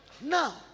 Now